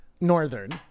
northern